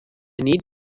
need